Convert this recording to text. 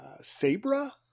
sabra